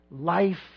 life